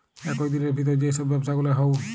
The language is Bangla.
একই দিলের ভিতর যেই সব ব্যবসা গুলা হউ